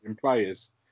players